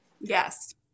Yes